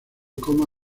coma